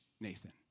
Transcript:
Nathan